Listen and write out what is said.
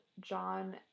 John